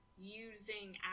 using